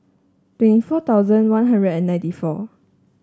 twenty four thousand One Hundred and ninety four